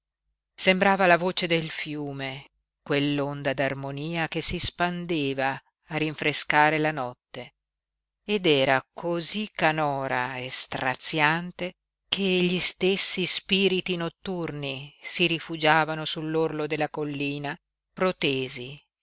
sembrava la voce del fiume quell'onda d'armonia che si spandeva a rinfrescare la notte ed era cosí canora e straziante che gli stessi spiriti notturni si rifugiavano sull'orlo della collina protesi